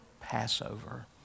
Passover